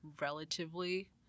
relatively